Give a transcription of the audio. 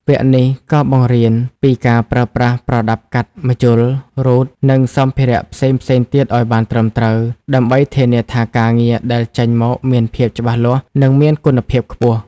វគ្គនេះក៏បង្រៀនពីការប្រើប្រាស់ប្រដាប់កាត់ ម្ជុល រ៉ូត និងសម្ភារៈផ្សេងៗទៀតឱ្យបានត្រឹមត្រូវ ដើម្បីធានាថាការងារដែលចេញមកមានភាពច្បាស់លាស់ និងមានគុណភាពខ្ពស់។